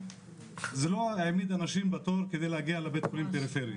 זה לא העמיד אנשים בתור כדי להגיע לבתי חולים פריפריים.